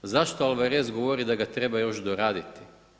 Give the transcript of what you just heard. Zašto Alvarez govori da ga treba još doraditi?